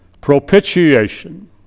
Propitiation